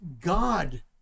God